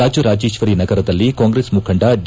ರಾಜರಾಜೇಶ್ವರಿ ನಗರದಲ್ಲಿ ಕಾಂಗ್ರೆಸ್ ಮುಖಂಡ ಡಿ